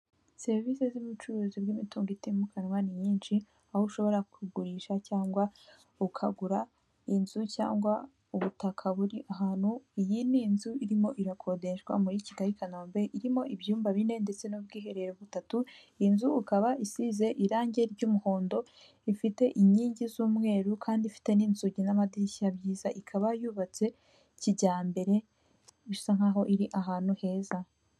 Serivisi z'ubucuruzi bw'imitungo itimukanwa ni nyinshi, aho ushoboragurisha cyangwa ukagura inzu cyangwa ubutaka buri ahantu iyi ni inzu irimo irakodeshwa murijyi Kigali Kanombe irimo ibyumba bine ndetse n'ubwiherero butatu, iyi nzu ukaba isize irangi ry'umuhondo rifite inkingi z'umweru kandi ifite n'inzugi n'amadirishya byiza ikaba yubatse kijyambere, bisa nkaho iri ahantu heza.